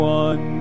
one